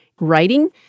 writing